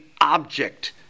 object